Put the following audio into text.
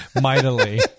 mightily